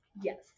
yes